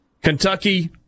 Kentucky